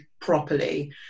properly